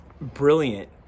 brilliant